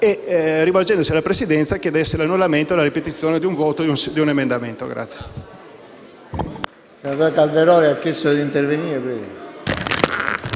e, rivolgendosi alla Presidenza, chiedesse l'annullamento e la ripetizione del voto di un emendamento.